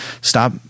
Stop